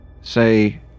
say